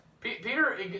Peter